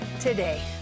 today